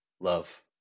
Love